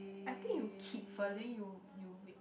I think you keep first then you you wait